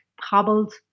hobbled